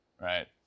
Right